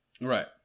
Right